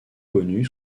connue